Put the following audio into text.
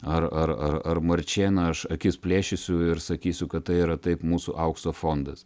ar ar ar marčėną aš akis plėšysiu ir sakysiu kad tai yra taip mūsų aukso fondas